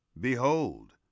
behold